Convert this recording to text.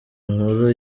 nkuru